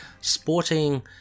sporting